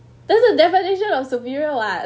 that's the definition of superior what